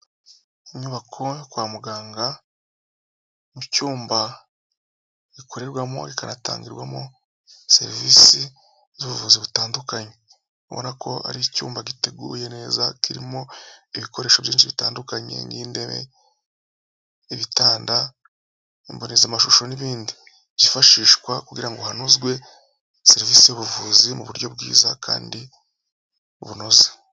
Inyubako yo kwa muganga mu cyumba gikorerwamo k ikanatangirwamo serivisi z'ubuvuzi butandukanye, murabona ko ari icyumba giteguye neza kirimo ibikoresho byinshi bitandukanye nk'intebe, ibitanda mbonezamashusho n'ibindi byifashishwa kugira ngo hanozwe serivisi z'ubuvuzi mu buryo bwiza kandi bunoze.